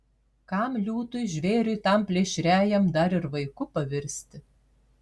kam liūtui žvėriui tam plėšriajam dar ir vaiku pavirsti